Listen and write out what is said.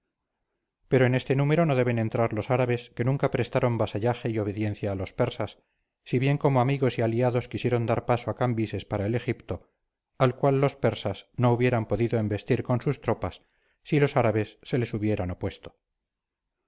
pero en este número no deben entrar los árabes que nunca prestaron vasallaje y obediencia a los persas si bien como amigos y aliados quisieron dar paso a cambises para el egipto al cual los persas no hubieran podido embestir con sus tropas si los árabes se les hubieran opuesto